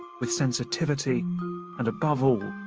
with sensitivity and, above all,